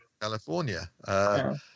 California